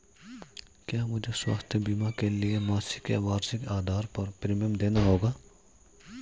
क्या मुझे स्वास्थ्य बीमा के लिए मासिक या वार्षिक आधार पर प्रीमियम देना होगा?